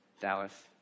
Dallas